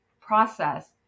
process